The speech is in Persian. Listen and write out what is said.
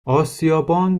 آسیابان